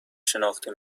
شناخته